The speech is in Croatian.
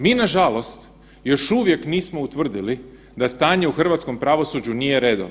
Mi nažalost još uvijek nismo utvrdili da stanje u hrvatskom pravosuđu nije redovno.